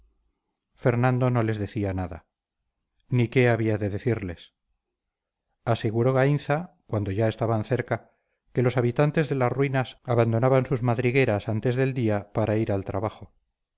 fernando no les decía nada ni qué había de decirles aseguró gainza cuando ya estaban cerca que los habitantes de las ruinas abandonaban sus madrigueras antes del día para ir al trabajo